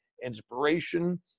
inspiration